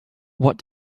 what